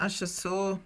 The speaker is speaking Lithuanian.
aš esu